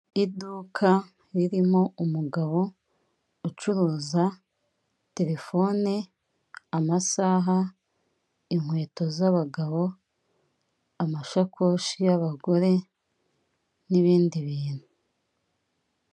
Iduka ririmo umugabo ucuruza terefone, amasaha, inkweto z'abagabo, amashakoshi y'abagore, n'ibindi bintu.